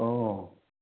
औ